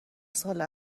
سال